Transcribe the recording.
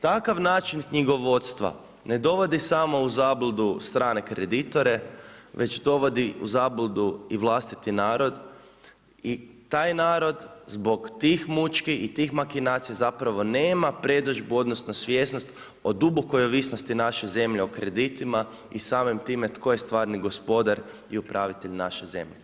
Takav način knjigovodstva ne dovodi samo u zabludu strane kreditore već dovodi u zabludu i vlastiti narod i taj narod zbog tih mućki i tih makinacija zapravo nema predodžbu odnosno svjesnost o dubokoj ovisnosti naše zemlje o kreditima i samim time tko je stvarni gospodar i upravitelj naše zemlje.